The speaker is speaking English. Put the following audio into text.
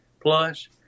plus